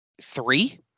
three